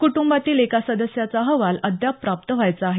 कुटुंबातील एका सदस्याचा अहवाल अद्याप प्राप्त व्हायचा आहे